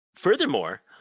Furthermore